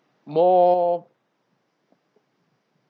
more